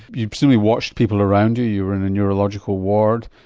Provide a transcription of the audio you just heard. you presumably watched people around you. you were in a neurological ward.